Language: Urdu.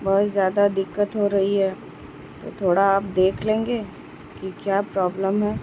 بہت زیادہ دقت ہو رہی ہے تو تھوڑا آپ دیکھ لیں گے کہ کیا پرابلم ہے